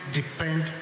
depend